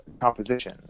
composition